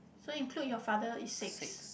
so include your father is six